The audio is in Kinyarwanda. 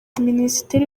minisiteri